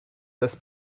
des